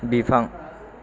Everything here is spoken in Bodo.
बिफां